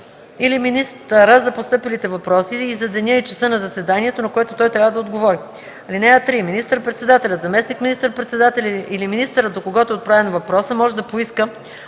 или министъра за постъпилите въпроси и за деня и часа на заседанието, на което той трябва да отговори. (3) Министър-председателят, заместник министър-председателят или министърът, до когото е отправен въпросът, може да поиска